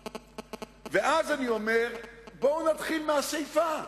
ואז, אני אומר, בואו נתחיל מהסיפא.